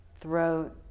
throat